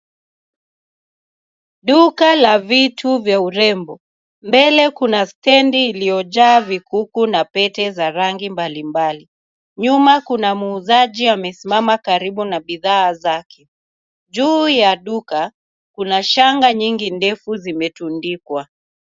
Duka la vitu vya urembo, mbele kuna stendi iliyojaa vikuku na pete za rangi mbalimbali. Nyuma kuna muuzaji amesimama karibu na bidhaa zake. Juu ya duka kuna shanga nyingi ndefu zimetundikwa.